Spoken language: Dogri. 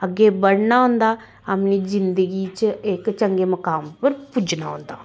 अग्गें बढ़ना होंदा अपनी जिन्दगी च इक चंगे मुकाम उप्पर पुज्जना होंदा